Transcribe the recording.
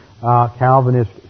Calvinist